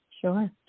Sure